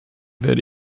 werde